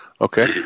Okay